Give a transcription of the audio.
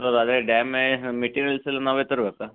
sir ಅದೇ ಡ್ಯಾಮೇ materials ಎಲ್ಲ ನಾವೇ ತರಬೇಕಾ